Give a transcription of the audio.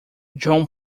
john